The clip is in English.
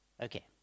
Okay